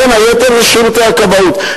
בין היתר זה שירותי הכבאות.